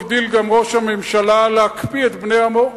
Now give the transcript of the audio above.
הגדיל גם ראש הממשלה להקפיא את בני עמו,